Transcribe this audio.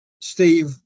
Steve